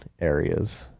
areas